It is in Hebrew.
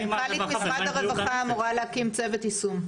מנכ"לית משרד הרווחה אמורה להקים צוות יישום.